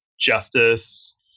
justice